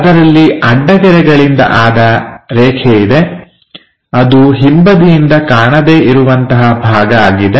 ಅದರಲ್ಲಿ ಅಡ್ಡ ಗೆರೆಗಳಿಂದ ಆದ ರೇಖೆ ಇದೆ ಅದು ಹಿಂಬದಿಯಿಂದ ಕಾಣದೇ ಇರುವಂತಹ ಭಾಗ ಆಗಿದೆ